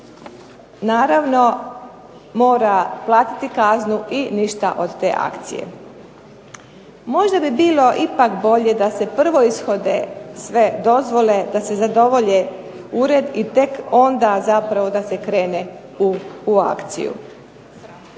naravno mora platiti kaznu i ništa od te akcije. Možda bi bilo ipak bolje da se prvo ishode sve dozvole, da se zadovolji ured i tek onda da se krene u akciju.